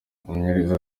umumenyereza